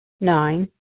Nine